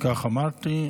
שלוש דקות.